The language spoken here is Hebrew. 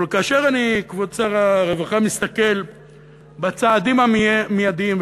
אבל כאשר אני מסתכל בצעדים המיידיים,